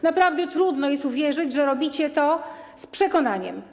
Naprawdę trudno jest uwierzyć, że robicie to z przekonaniem.